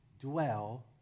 dwell